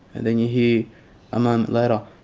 then you hear a moment later